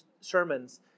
sermons